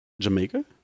Jamaica